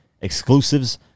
Exclusives